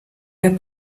der